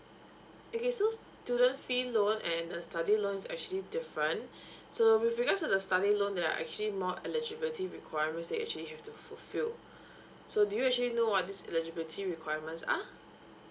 okay so s~ student fee loan and the study loan is actually different so with regards to the study loan there are actually more eligibility requirements that you actually have to fulfill so do you actually know what these eligibility requirements are